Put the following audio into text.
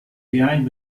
behind